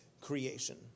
creation